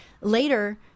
later